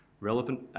Relevant